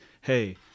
Hey